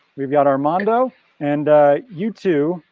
we've got armando and you two,